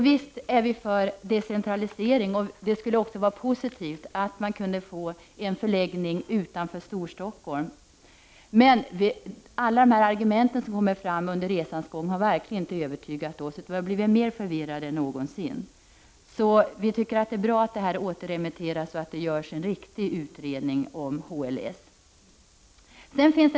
Visst är vi för decentralisering, och det skulle också vara positivt att kunna få en förläggning utanför Storstockholm, men alla argument som har kommit fram under resans gång har verkligen inte övertygat oss — vi har snarare blivit mer förvirrade än någonsin. Vi tycker därför att det är bra att detta återremitteras och att det görs en riktig utredning om HLS.